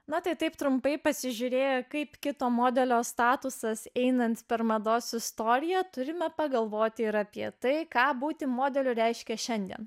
na tai taip trumpai pasižiūrėję kaip kito modelio statusas einant per mados istoriją turime pagalvoti ir apie tai ką būti modeliu reiškia šiandien